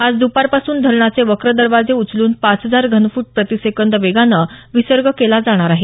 आज द्पार पासून धरणाचे वक्र दरवाजे उचलून पाच हजार घनफूट प्रतिसेकंद वेगानं विसर्ग केला जाणार आहे